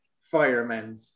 firemen